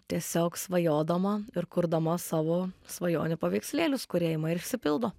tiesiog svajodama ir kurdama savo svajonių paveikslėlius kurie ima ir išsipildo